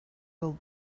will